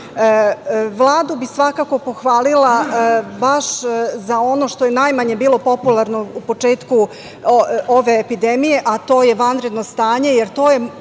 bih svakako pohvalila baš za ono što je najmanje bilo popularno u početku ove epidemije, a to je vanredno stanje,